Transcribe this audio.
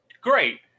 great